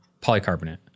polycarbonate